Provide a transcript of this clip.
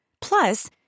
Plus